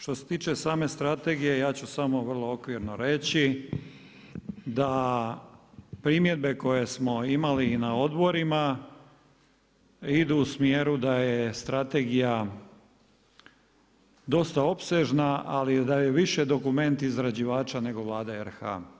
Što se tiče same strategije, ja ću samo vrlo okvirno reći da primjedbe koje smo imali i na odborima idu u smjeru da je strategija dosta opsežna ali da je više dokument izrađivača nego Vlada RH.